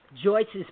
Joyce's